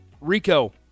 Rico